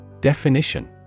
Definition